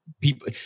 People